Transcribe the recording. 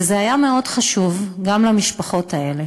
וזה היה חשוב גם למשפחות האלה.